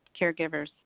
caregivers